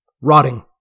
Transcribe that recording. rotting